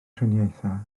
triniaethau